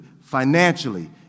financially